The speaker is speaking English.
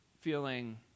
feeling